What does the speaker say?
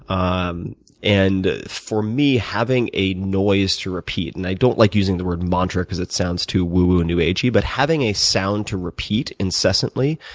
um and for me having a noise to repeat, and i don't like using the word mantra because it sounds too woo-woo new-agey but having a sound to repeat incessantly